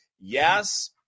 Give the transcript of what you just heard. Yes